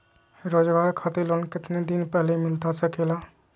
रोजगार खातिर लोन कितने दिन पहले मिलता सके ला?